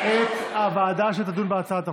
ועדת הכנסת תקבע את הוועדה שתדון בהצעת החוק.